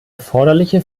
erforderliche